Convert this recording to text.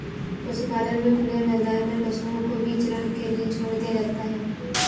पशुपालन में खुले मैदान में पशुओं को विचरण के लिए छोड़ दिया जाता है